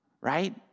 Right